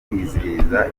kwizihiza